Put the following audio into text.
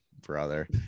brother